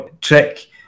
Trick